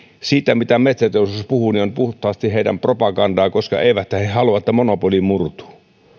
se mitä metsäteollisuus puhuu on puhtaasti heidän propagandaansa koska eiväthän he halua että monopoli murtuu